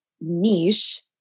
niche